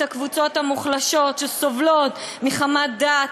את הקבוצות המוחלשות שסובלות מחמת דת,